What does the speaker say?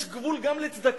יש גבול גם לצדקה.